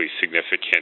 significant